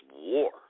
war